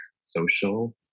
social